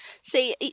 See